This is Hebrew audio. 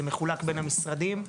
זה מחולק בין המשרדים.